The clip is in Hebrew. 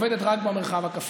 עובדת רק במרחב הכפרי.